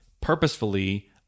purposefully